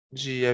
de